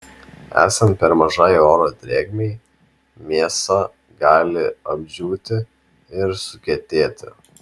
esant per mažai oro drėgmei mėsa gali apdžiūti ir sukietėti